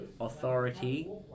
authority